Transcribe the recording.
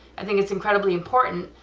i think it's incredibly important,